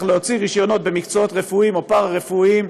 להוציא רישיונות במקצועות רפואיים או פארה-רפואיים,